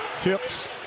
Tips